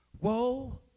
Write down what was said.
Woe